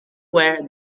wear